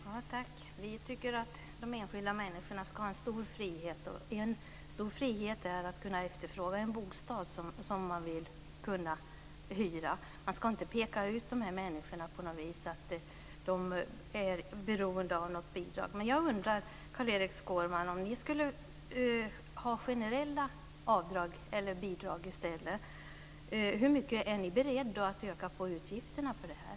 Herr talman! Vi tycker att de enskilda människorna ska ha en stor frihet, och en stor frihet är att kunna efterfråga en bostad som man vill kunna hyra. Man ska inte peka ut de här människorna på något vis för att de är beroende av något bidrag. Men jag undrar, Carl-Erik Skårman: Om ni skulle ha generella bidrag i stället, hur mycket är ni beredda att öka på utgifterna för det här?